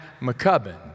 McCubbin